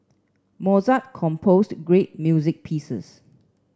Mozart composed great music pieces